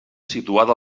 situada